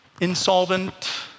insolvent